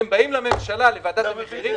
ואומרים לוועדת המחירים לממשלה,